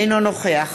אינו נוכח